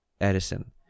Edison